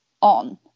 on